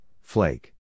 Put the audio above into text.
flake